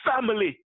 family